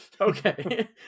okay